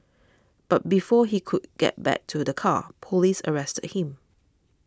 but before he could get back to the car police arrested him